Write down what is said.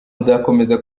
nzakomeza